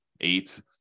eight